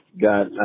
got